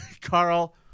Carl